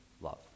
love